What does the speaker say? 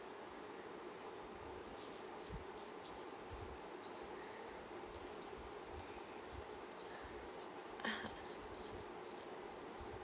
(uh huh)